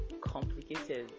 complicated